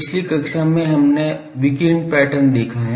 पिछली कक्षा में हमने विकिरण पैटर्न देखा है